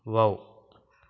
wow